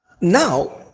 now